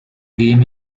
game